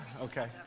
Okay